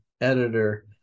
editor